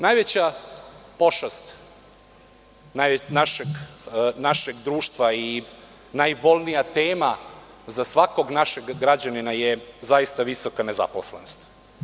Najveća pošast našeg društva i najbolnija tema za svakog našeg građanina je zaista visoka nezaposlenost.